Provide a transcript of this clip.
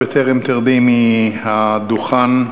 בטרם תרדי מן הדוכן,